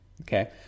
okay